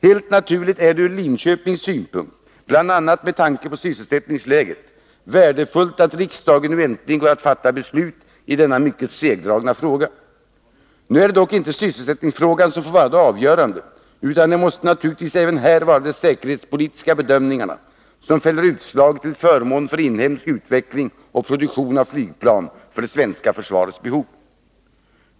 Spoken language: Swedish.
Helt naturligt är det ur Linköpings synpunkt, bl.a. med tanke på sysselsättningsläget, värdefullt att riksdagen nu äntligen går att fatta beslut i denna mycket segdragna fråga. Nu är det dock inte sysselsättningsfrågan som är den avgörande, utan det måste naturligtvis även här vara de säkerhetspolitiska bedömningarna som fäller utslaget till förmån för en inhemsk utveckling och produktion av flygplan för det svenska försvarets behov.